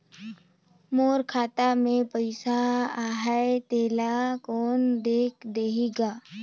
मोर खाता मे पइसा आहाय तेला कोन देख देही गा?